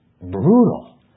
Brutal